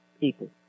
people